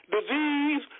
disease